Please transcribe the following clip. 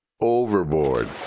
overboard